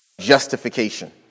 Justification